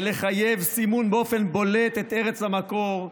לסמן באופן בולט את ארץ המקור,